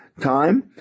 time